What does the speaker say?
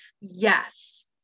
Yes